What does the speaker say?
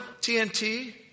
TNT